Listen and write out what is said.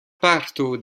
parto